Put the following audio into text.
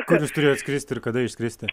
kur jūs turėjot skristi ir kada išskristi